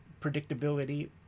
predictability